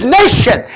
nation